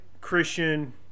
christian